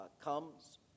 Comes